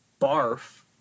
barf